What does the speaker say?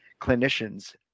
clinicians